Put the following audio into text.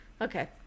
Okay